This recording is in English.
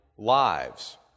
lives